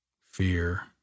fear